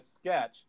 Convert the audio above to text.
sketch